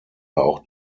auch